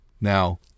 Now